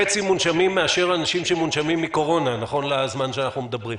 מונשמים מאשר אנשים שמונשמים מקורונה בזמן שאנחנו מדברים,